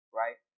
right